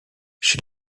chez